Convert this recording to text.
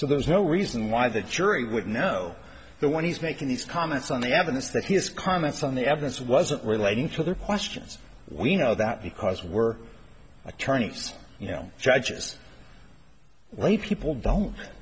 so there's no reason why the jury would know the when he's making these comments on the evidence that his comments on the evidence wasn't relating to other questions we know that because we're attorneys you know judges well you people don't